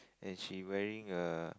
then she wearing a